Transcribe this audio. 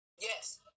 Yes